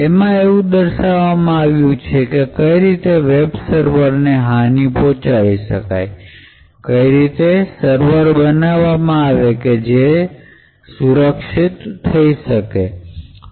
એમાં એવું દર્શાવવામાં આવ્યું છે કે કઈ રીતે વેબ સર્વર ને હાની પહોંચાડી શકાય અને કઈ રીતે સર્વર બનાવવા કે જેથી તેની સુરક્ષા વધારી શકાય